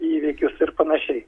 įvykius ir panašiai